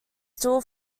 still